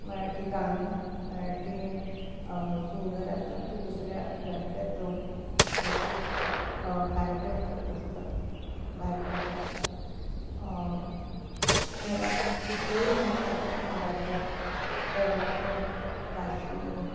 मराठी गाणी मराठी सिंगर असतात ते दुसऱ्या राज्यात जाऊन भरपूर कार्यक्रम करत असतात भारताच्या कुठल्याही भारताच्या राज्यात कर्नाटक काश्मीर